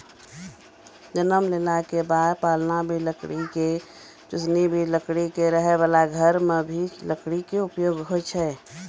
जन्म लेला के बाद पालना भी लकड़ी के, चुसनी भी लकड़ी के, रहै वाला घर मॅ भी लकड़ी के उपयोग